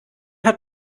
hat